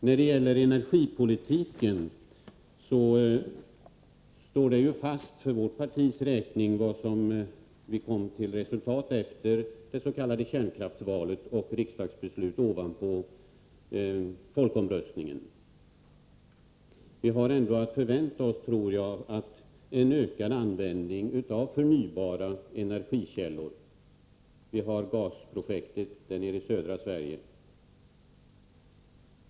När det gäller energipolitiken vill jag för vårt partis räkning säga att det resultat som vi kom till efter det s.k. kärnkraftsvalet och riksdagsbeslutet ovanpå folkomröstningen står fast. Vi har, tror jag, att förvänta en ökad användning av förnybara energikällor. Jag vill också peka på gasprojektet i södra Sverige.